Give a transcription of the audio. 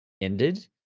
ended